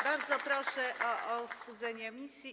Bardzo proszę o ostudzenie emocji.